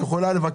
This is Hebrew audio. את יכול לבקש,